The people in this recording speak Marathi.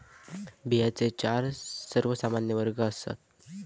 बियांचे चार सर्वमान्य वर्ग आसात